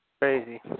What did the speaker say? Crazy